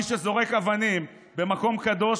מי שזורק אבנים במקום קדוש,